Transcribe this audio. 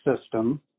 system